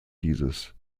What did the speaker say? dieses